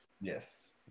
yes